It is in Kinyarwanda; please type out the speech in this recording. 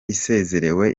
isezerewe